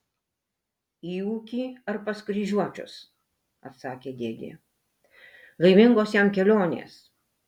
į ūkį ar pas kryžiuočius atsakė dėdė laimingos jam kelionės